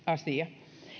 asia